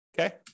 okay